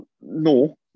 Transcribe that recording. No